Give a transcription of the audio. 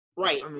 Right